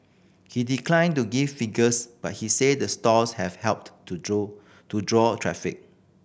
he decline to give figures but he say the stores have helped to to draw traffic